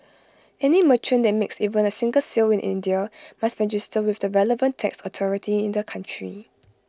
any merchant that makes even A single sale in India must register with the relevant tax authority in the country